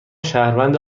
شهروند